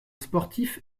sportif